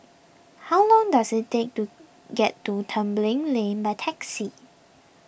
how long does it take to get to Tembeling Lane by taxi